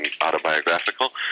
autobiographical